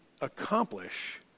accomplish